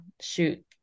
shoot